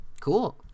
Cool